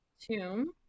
tomb